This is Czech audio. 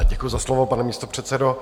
Děkuji za slovo, pane místopředsedo.